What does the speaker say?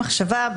מחשבה.